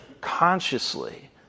consciously